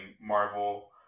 Marvel